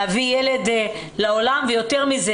להביא ילד לעולם ויותר מזה,